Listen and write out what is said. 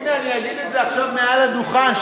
הנה אני אגיד את זה עכשיו מעל הדוכן,